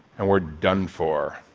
and we're done for.